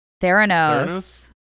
Theranos